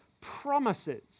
promises